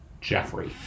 Jeffrey